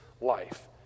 life